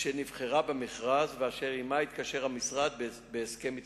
שנבחרה במכרז והמשרד התקשר עמה בהסכם התקשרות.